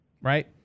Right